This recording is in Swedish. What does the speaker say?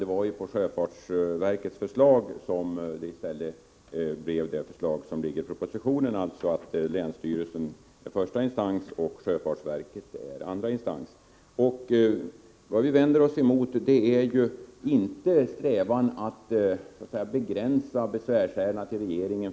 Det är på sjöfartsverkets förslag som det i stället i propositionen föreslås en annan modell, nämligen att länsstyrelsen är första instans och sjöfartsverket är andra instans. Vi vänder oss inte emot strävan att begränsa antalet besvärsärenden till regeringen.